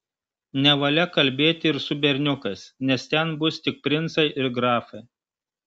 nevalia kalbėti ir su berniukais nes ten bus tik princai ir grafai